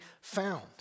found